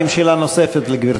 האם יש שאלה נוספת לגברתי?